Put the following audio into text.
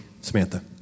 Samantha